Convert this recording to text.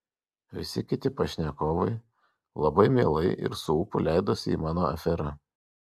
visi kiti pašnekovai labai mielai ir su ūpu leidosi į mano aferą